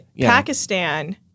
Pakistan